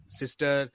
sister